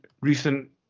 recent